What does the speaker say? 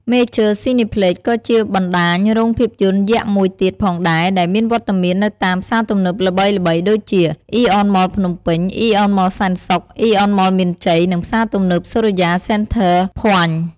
មេចឺ ស៊ីណេផ្លិច (Major Cineplex) ក៏ជាបណ្តាញរោងភាពយន្តយក្សមួយទៀតផងដែរ ដែលមានវត្តមាននៅតាមផ្សារទំនើបល្បីៗដូចជា អ៊ីអនមល ភ្នំពេញ, អ៊ីអនមលសែនសុខ, អ៊ីអនមលមានជ័យ និង ផ្សារទំនើបសូរិយា សេនធើ ភ័ញធ៍ (Sorya Center Point)។